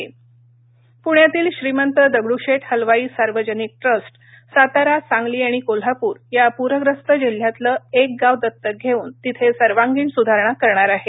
पृण्यातील श्रीमंत दगडूशेठ हलवाई सार्वजनिक ट्रस्ट सातारा सांगली आणि कोल्हापूर या पूरग्रस्त जिल्ह्यातलं एक गाव दत्तक घेऊन तिथे सर्वांगीण सुधारणा करणार आहे